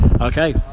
okay